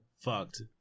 fucked